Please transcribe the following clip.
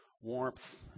warmth